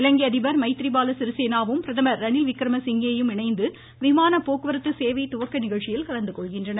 இலங்கை அதிபர் மைத்ரி பால சிறிசேனாவும் பிரதமர் ரணில் விக்ரமசிங்கே யும் இணந்து விமான போக்குவரத்து சேவை துவக்க நிகழ்ச்சியில் கலந்துகொள்கின்றனர்